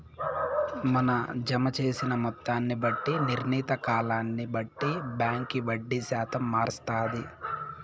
మన జమ జేసిన మొత్తాన్ని బట్టి, నిర్ణీత కాలాన్ని బట్టి బాంకీ వడ్డీ శాతం మారస్తాది